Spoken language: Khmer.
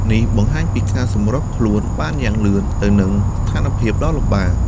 នេះបង្ហាញពីការសម្របខ្លួនបានយ៉ាងលឿនទៅនឹងស្ថានភាពដ៏លំបាក។